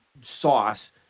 sauce